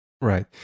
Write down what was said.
Right